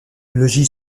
logis